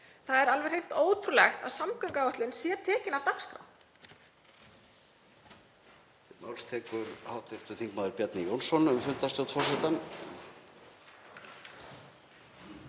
Það er alveg hreint ótrúlegt að samgönguáætlun sé tekin af dagskrá.